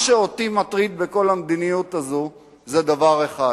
מה שאותי מטריד בכל המדיניות הזאת זה דבר אחד.